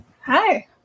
Hi